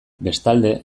bestalde